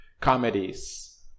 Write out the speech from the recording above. comedies